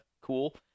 cool